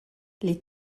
les